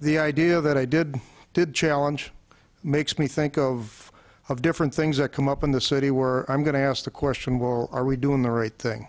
the idea that i did did challenge makes me think of of different things that come up in the city were i'm going to ask the question well are we doing the right thing